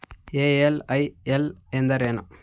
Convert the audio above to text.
LIL ಎಂದರೇನು?